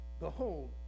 Behold